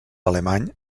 alemany